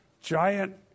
giant